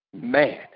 man